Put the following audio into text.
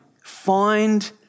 find